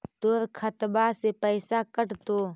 तोर खतबा से पैसा कटतो?